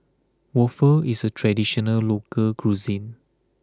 waffle is a traditional local cuisine